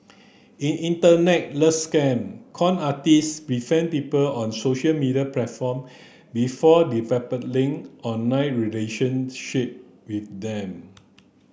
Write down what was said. in Internet love scam con artist befriend people on social media platform before developing online relationship with them